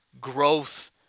growth